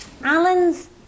Alan's